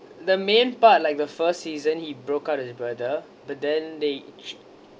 the main part like the first season he broke out his brother but then they